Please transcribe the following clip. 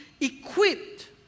equipped